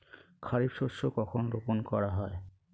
খারিফ শস্য কখন রোপন করা হয়?